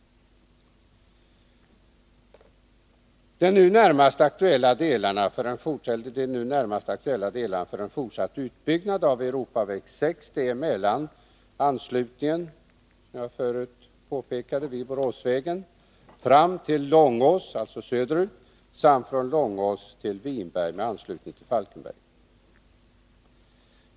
De nu närmast aktuella delarna för en fortsatt utbyggnad av E 6 är mellan anslutningen med pågående vägbygge som jag förut påpekat vid Boråsvägen fram till Långås, samt från Långås till Vinberg med anslutning till Falkenberg.